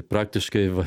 praktiškai va